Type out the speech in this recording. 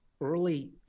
early